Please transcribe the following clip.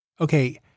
Okay